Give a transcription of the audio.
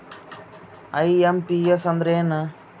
IMPS ಅಂದ್ರ ಏನು?